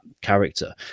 character